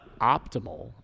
optimal